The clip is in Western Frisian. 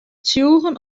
tsjûgen